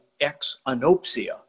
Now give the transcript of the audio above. ex-anopsia